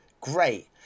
great